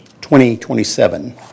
2027